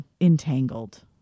entangled